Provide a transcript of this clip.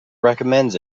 recommends